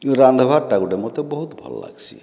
ରାନ୍ଧ୍ବା ଟା ଗୁଟେ ମୋତେ ବହତ୍ ଭଲ୍ ଲାଗ୍ସି